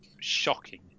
shocking